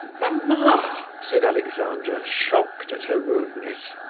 mamma! said alexandra, shocked at her rudeness.